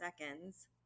seconds